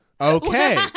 Okay